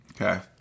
Okay